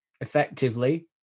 effectively